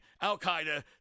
Al-Qaeda